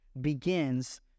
begins